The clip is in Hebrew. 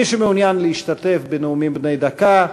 מי שמעוניין להשתתף בנאומים בני דקה,